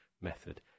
method